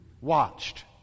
watched